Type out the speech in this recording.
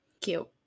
Cute